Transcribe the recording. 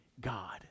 God